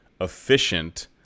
efficient